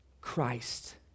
Christ